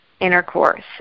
intercourse